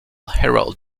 herald